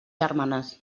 germanes